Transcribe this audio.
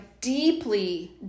deeply